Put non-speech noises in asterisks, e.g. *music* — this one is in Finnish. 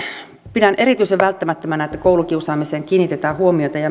pidän erityisen välttämättömänä että koulukiusaamiseen kiinnitetään huomiota ja *unintelligible*